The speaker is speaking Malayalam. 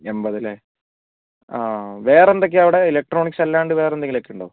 എൺപത് അല്ലേ ആ വേറെ എന്തൊക്കെയാ അവിടെ ഇലക്ട്രോണിക്സ് അല്ലാണ്ട് വേറെ എന്തെങ്കിലൊക്കെ ഉണ്ടോ